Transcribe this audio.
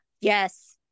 yes